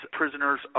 prisoners